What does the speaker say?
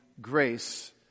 grace